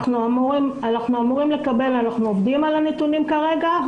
אנחנו עובדים על הנתונים כרגע.